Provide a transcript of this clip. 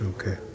okay